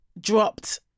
dropped